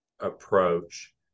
approach